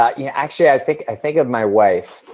but you know actually, i think i think of my wife.